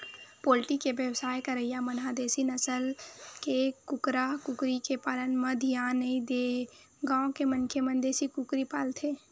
poultry के बेवसाय करइया मन ह देसी नसल के कुकरा कुकरी के पालन म धियान नइ देय गांव के मनखे मन देसी कुकरी पालथे